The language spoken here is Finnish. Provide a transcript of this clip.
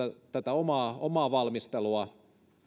tätä omaa valmisteluaan